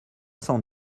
cent